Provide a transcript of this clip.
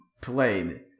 played